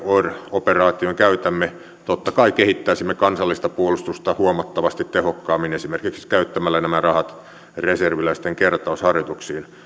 operaatioon käytämme totta kai kehittäisimme kansallista puolustusta huomattavasti tehokkaammin esimerkiksi käyttämällä nämä rahat reserviläisten kertausharjoituksiin